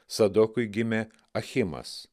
sadokui gimė achimas